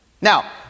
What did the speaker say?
Now